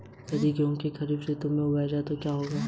यदि गेहूँ को खरीफ ऋतु में उगाया जाए तो क्या होगा?